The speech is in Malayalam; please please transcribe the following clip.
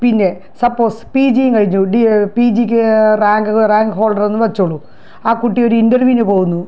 പിന്നെ സപ്പോസ് പി ജിയും കഴിഞ്ഞു പി ജിക്ക് റാങ്ക് ഹോൾഡർ എന്ന് വച്ചോളൂ ആ കുട്ടി ഒരു ഇൻറർവ്യൂവിനു പോകുന്നു